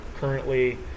currently